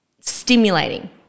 stimulating